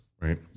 right